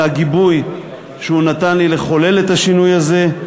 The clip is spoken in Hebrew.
הגיבוי שהוא נתן לי לחולל את השינוי הזה.